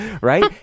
right